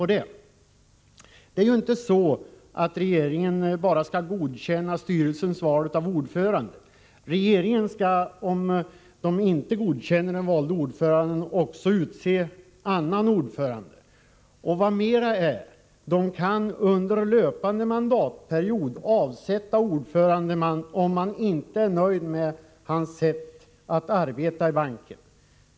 Regeringen skall ju inte bara godkänna styrelsens val av ordförande. Om regeringen inte utser den valda ordföranden, skall regeringen utse en annan ordförande. Vad mera är: regeringen kan under löpande mandatperiod avsätta ordföranden, om regeringen inte är nöjd med hans sätt att arbeta i banken.